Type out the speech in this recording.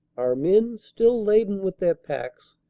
our men, still laden with their packs,